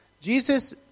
Jesus